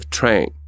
Train